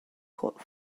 caught